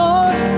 Lord